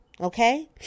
Okay